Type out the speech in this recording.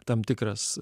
tam tikras